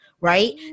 right